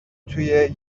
توی